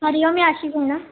हरीओम याशी भेण